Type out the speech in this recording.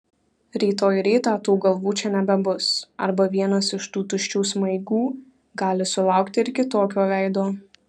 rytoj rytą tų galvų čia nebebus arba vienas iš tų tuščių smaigų gali sulaukti ir kitokio veido